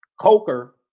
Coker